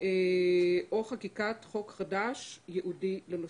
או חקיקת חוק חדש ייעודי לנושא.